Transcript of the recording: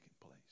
place